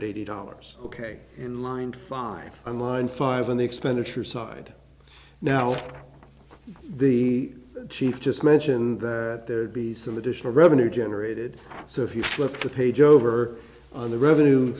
eighty dollars ok in line five on line five on the expenditure side now the chief just mentioned that there'd be some additional revenue generated so if you flip the page over on the revenue